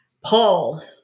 Paul